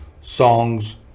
songs